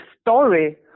story